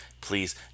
Please